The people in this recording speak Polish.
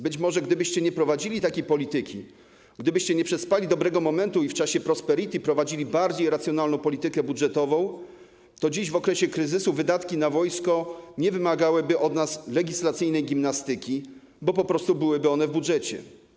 Być może gdybyście nie prowadzili takiej polityki, gdybyście nie przespali dobrego momentu i w czasie prosperity prowadzili bardziej racjonalną politykę budżetową, to dziś, w okresie kryzysu, wydatki na wojsko nie wymagałyby od nas legislacyjnej gimnastyki, bo po prostu byłyby one w budżecie.